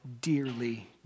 dearly